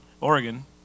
Oregon